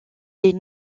des